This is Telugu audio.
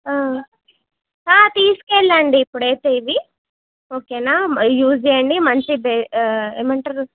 తీసుకెళ్ళండి ఇప్పుడు అయితే ఇవి ఓకేనా ఇవి యూజ్ చేయండి మంచి ఏమంటరు